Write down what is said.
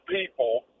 people